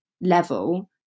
level